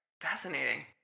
Fascinating